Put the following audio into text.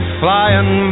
flying